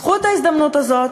קחו את ההזדמנות הזאת,